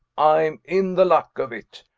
i'm in the luck of it.